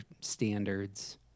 standards